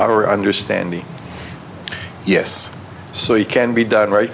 our understanding yes so you can be done right